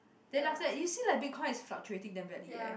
then after that you see like Bitcoin is fluctuating that badly leh